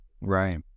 Right